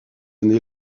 année